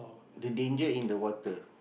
the danger in the water